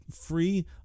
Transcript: free